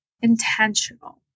intentional